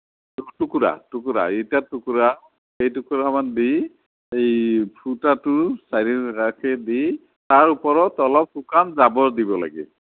টুকুৰা টুকুৰা ইটাৰ টুকুৰা কেইটুকুৰামান দি ফুটাটোৰ চাৰিওকাষে দি তাৰ ওপৰত অলপ শুকান জাবৰ দিব লাগে